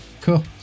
cool